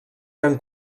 eren